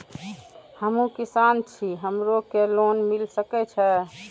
हमू किसान छी हमरो के लोन मिल सके छे?